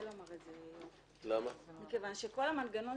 יהיה קשה לומר את זה מכיוון שכל המנגנון